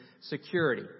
security